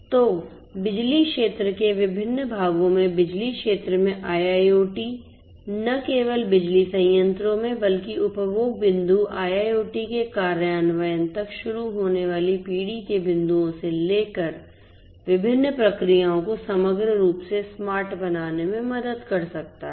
तो बिजली क्षेत्र के विभिन्न भागों में बिजली क्षेत्र में IIoT न केवल बिजली संयंत्रों में बल्कि उपभोग बिंदु IIoT के कार्यान्वयन तक शुरू होने वाली पीढ़ी के बिंदुओं से लेकर विभिन्न प्रक्रियाओं को समग्र रूप से स्मार्ट बनाने में मदद कर सकता है